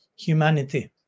Humanity